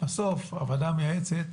בסוף הוועדה המייעצת,